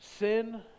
Sin